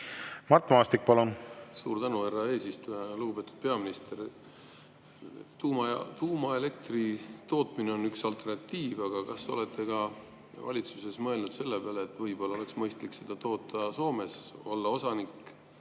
Mart Maastik, palun! Suur tänu, härra eesistuja! Lugupeetud peaminister! Tuumaelektri tootmine on üks alternatiiv. Aga kas te olete valitsuses mõelnud ka selle peale, et võib-olla oleks mõistlik seda toota Soomes, olla seal